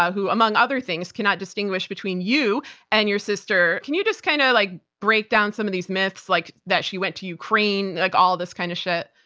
who among other things cannot distinguish between you and your sister. can you just kind of like break down some of these myths, like that she went to ukraine, like all of this kind of shit?